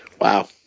Wow